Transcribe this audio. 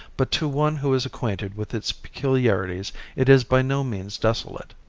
but to one who is acquainted with its peculiarities it is by no means desolate.